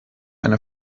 eine